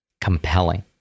compelling